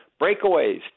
breakaways